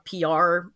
PR